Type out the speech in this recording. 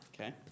Okay